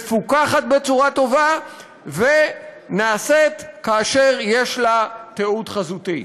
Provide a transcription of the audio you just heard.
מפוקחת בצורה טובה ונעשית כאשר יש לה תיעוד חזותי.